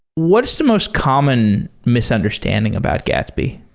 what's the most common misunderstanding about gatsby?